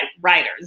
writers